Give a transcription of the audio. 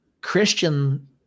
christian